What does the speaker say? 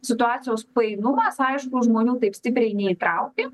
situacijos painumas aišku žmonių taip stipriai neįtraukia